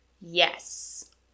Yes